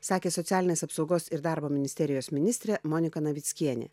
sakė socialinės apsaugos ir darbo ministerijos ministrė monika navickienė